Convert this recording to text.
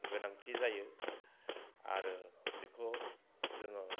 गोनांथि जायो आरो बेखौ जोङो